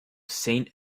saint